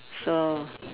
so